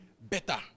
better